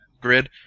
grid